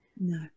No